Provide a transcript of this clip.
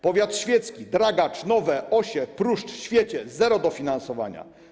Powiat świecki: Dragacz, Nowe, Osie, Pruszcz, Świecie - zero dofinansowania.